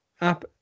app